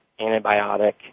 antibiotic